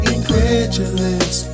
Incredulous